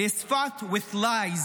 It is fights with lies.